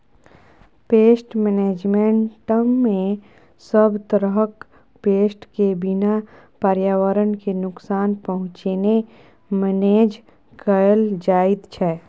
pest मेनेजमेन्टमे सब तरहक पेस्ट केँ बिना पर्यावरण केँ नुकसान पहुँचेने मेनेज कएल जाइत छै